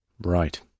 Right